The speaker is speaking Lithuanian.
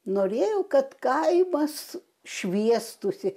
norėjo kad kaimas šviestųsi